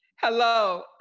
Hello